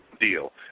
deal